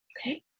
okay